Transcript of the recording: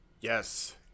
Yes